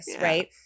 right